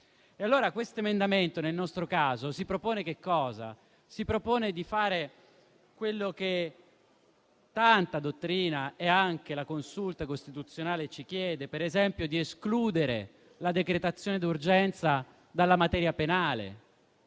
Questo emendamento, nel nostro caso, propone di fare quello che tanta dottrina e anche la Consulta costituzionale ci chiedono: per esempio, di escludere la decretazione d'urgenza dalla materia penale.